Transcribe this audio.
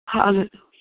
Hallelujah